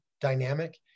dynamic